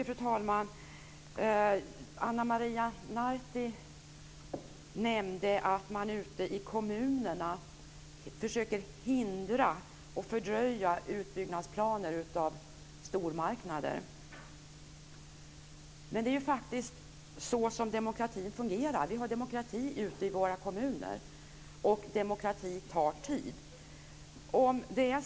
Fru talman! Ana Maria Narti nämnde att man ute i kommunerna försöker hindra och fördröja utbyggnadsplaner av stormarknader. Men det är faktiskt så som demokratin fungerar. Vi har demokrati i våra kommuner. Demokrati tar tid.